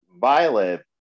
Violet